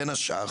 בין השאר,